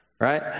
right